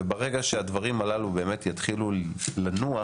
וברגע שהדברים הללו באמת יתחילו לנוע,